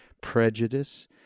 prejudice